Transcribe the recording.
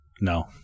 No